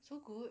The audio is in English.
so good